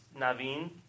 Naveen